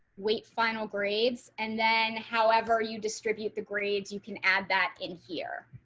wait, final grades and then however you distribute the grades. you can add back in here.